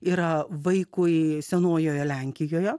yra vaikui senojoje lenkijoje